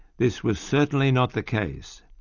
this was certainly not the case,